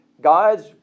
God's